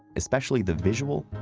especially the visual,